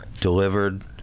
delivered